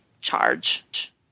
charge